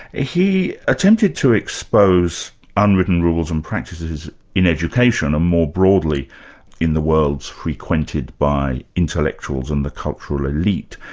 ah he attempted to expose unwritten rules and practices in education, and more broadly in the worlds frequented by intellectuals and the cultural elite.